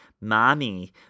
Mommy